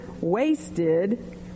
wasted